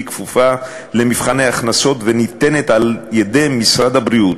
כפופה למבחני הכנסות וניתנת על-ידי משרד הבריאות.